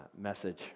message